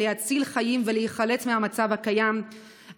להציל חיים ולהיחלץ מהמצב הקיים,